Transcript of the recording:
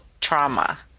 trauma